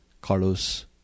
Carlos